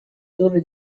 torre